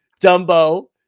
Dumbo